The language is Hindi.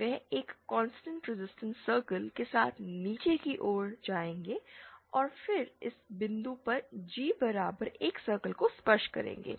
वह एक कांस्टेंट रीसिस्टेंस सर्कल के साथ नीचे की ओर जाएगा और फिर इस बिंदु पर G बराबर 1 सर्कल को स्पर्श करें